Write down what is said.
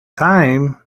time